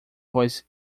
voz